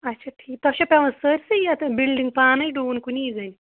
اچھا ٹھیٖک تۄہہِ چھو پٮ۪وان سٲرسٕے یَتھ بِلڈِنٛگ پانَے ڈوٗوُن کُنی زَنہِ